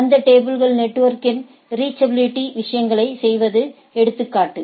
எனவே அந்த table network reachability விஷயங்களை செய்வதற்கு எடுத்துக்காட்டு